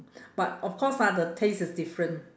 but of course ah the taste is different